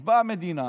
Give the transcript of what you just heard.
אז באה המדינה,